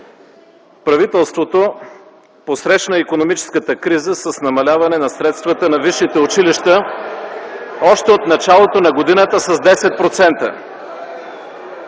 Правителството посрещна икономическата криза с намаляване на средствата на висшите училища още от началото на годината с 10%.